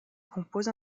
compose